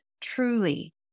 truly